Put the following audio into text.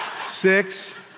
six